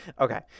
Okay